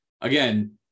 again